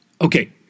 Okay